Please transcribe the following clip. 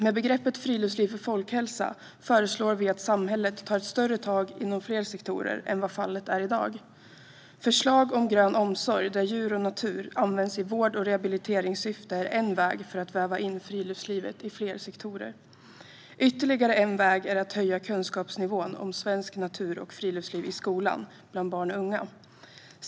Med begreppet "friluftsliv för folkhälsa" föreslår vi att samhället tar ett större tag inom fler sektorer än vad fallet är i dag. Förslag om grön omsorg där djur och natur används i vård och rehabiliteringssyfte är en väg för att väva in friluftslivet i fler sektorer. Ytterligare en väg är att höja kunskapsnivån om svensk natur och friluftsliv i skolan bland barn och unga.